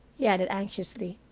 he added anxiously.